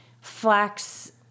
flax